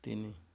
ତିନି